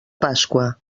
pasqua